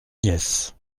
nièce